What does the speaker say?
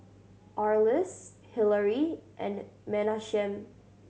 Arlis Hillary and Menachem